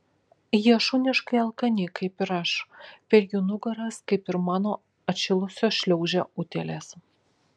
jie šuniškai alkani kaip ir aš per jų nugaras kaip ir mano atšilusios šliaužia utėlės